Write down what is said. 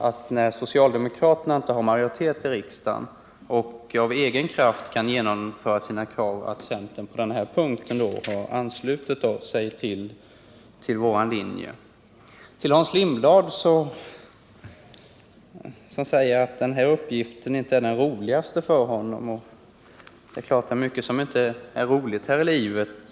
Då socialdemokraterna inte har majoritet i riksdagen och av egen kraft inte kan genomföra sina krav, är jag glad över att centern på denna punkt har anslutit sig till vår linje. Hans Lindblad sade att uppgiften att tala för reservationen inte var rolig för honom. Det är klart att det är mycket som inte är roligt här i livet.